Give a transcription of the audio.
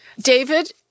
David